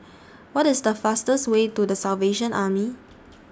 What IS The fastest Way to The Salvation Army